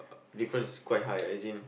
difference is quite high ah as in